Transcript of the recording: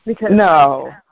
No